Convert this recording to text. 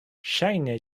ŝajne